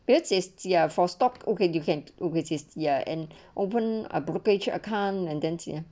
bits is there for stock okay you can do with this ya and open a brokerage account and dense ya